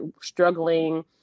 struggling